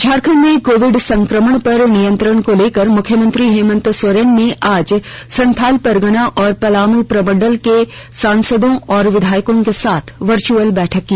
झारखंड में कोविड संक्रमण पर नियंत्रण को लेकर मुख्यमंत्री हेमंत सोरेन ने आज संथाल परगना और पलामू प्रमंडल के सांसदों और विधायकों के साथ वर्चअल बैठक की